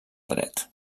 dret